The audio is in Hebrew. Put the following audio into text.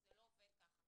זה לא עובד ככה,